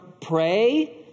pray